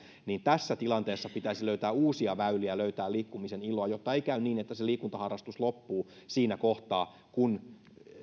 niin tässä tilanteessa pitäisi löytää uusia väyliä löytää liikkumisen iloa jotta ei käy niin että se liikuntaharrastus loppuu siinä kohtaa kun